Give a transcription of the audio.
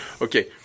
Okay